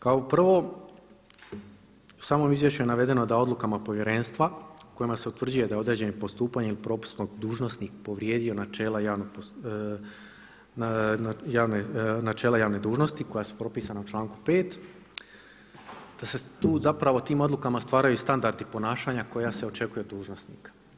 Kao prvo u samom izvješću je navedeno da odlukama povjerenstva kojima se utvrđuje da je određenim postupanjem propisnog dužnosnik povrijedio načela javnog postupanja, načela javne dužnosti koja su propisana u članku 5 da se tu zapravo tim odlukama stvaraju standardi ponašanja koja se očekuju od dužnosnika.